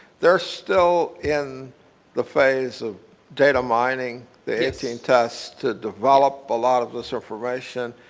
they're still in the phase of data mining the eighteen test to develop a lot of this information,